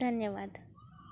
धन्यवाद